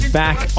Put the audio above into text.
back